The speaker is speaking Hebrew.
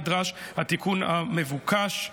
נדרש התיקון המבוקש.